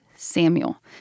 Samuel